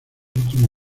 último